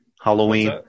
Halloween